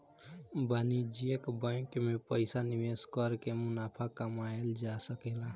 वाणिज्यिक बैंकिंग में पइसा निवेश कर के मुनाफा कमायेल जा सकेला